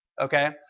Okay